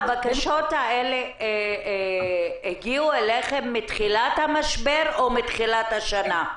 הבקשות האלה הגיעו אליכם מתחילת המשבר או מתחילת השנה?